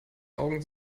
augen